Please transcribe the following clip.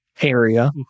area